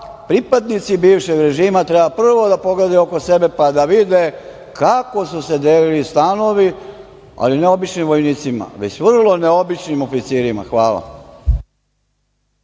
itd. Pripadnici bivšeg režima treba prvo da pogledaju oko sebe, pa da vide kako su se delili stanovi, ali ne običnim vojnicima, već vrlo neobičnim oficirima. Hvala.